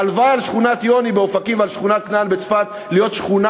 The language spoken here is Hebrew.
הלוואי על שכונת יוני באופקים ועל שכונת כנען בצפת להיות שכונה